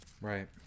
Right